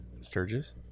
Sturgis